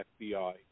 FBI